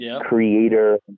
creator